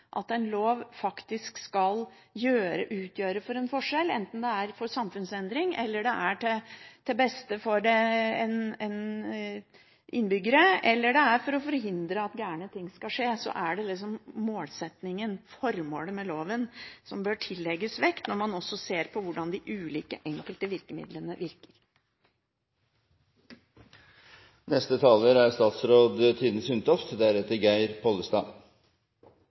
at en lov faktisk skal utgjøre en forskjell. Enten det er for samfunnsendring, eller det er til beste for innbyggerne, eller det er for å forhindre at gale ting skal skje, er det målsettingen, formålet med loven, som bør tillegges vekt, når man også ser på hvordan de enkelte ulike virkemidlene